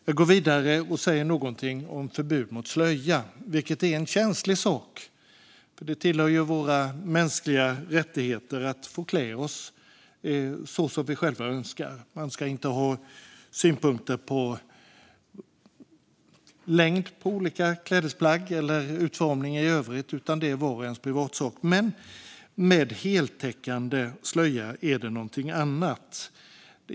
Jag går vidare och säger någonting om förbud mot slöja, vilket är en känslig sak. Det tillhör våra mänskliga rättigheter att få klä oss så som vi själva önskar. Man ska inte ha synpunkter på längd eller utformning i övrigt av olika klädesplagg. Det är vars och ens privatsak. Men med heltäckande slöja är det någonting annat.